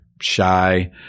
shy